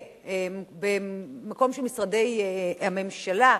במקום של משרדי הממשלה,